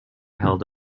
held